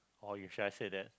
or you should have said that